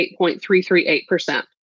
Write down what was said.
8.338%